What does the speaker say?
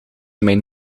mijn